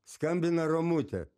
skambina romutė